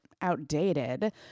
outdated